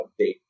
update